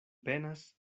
penas